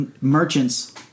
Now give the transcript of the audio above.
Merchants